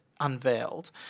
Unveiled